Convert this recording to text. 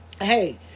hey